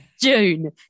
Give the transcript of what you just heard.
June